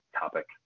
topic